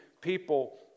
people